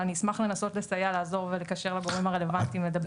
אבל אני אשמח לנסות לסייע לעזור ולקשר לגורמים הרלבנטיים לדבר.